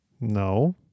No